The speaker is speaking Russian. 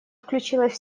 включилась